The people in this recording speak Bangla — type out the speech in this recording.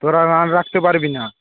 তোরা রান রাখতে পারবি না